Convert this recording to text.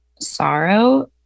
sorrow